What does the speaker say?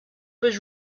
was